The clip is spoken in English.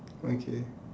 okay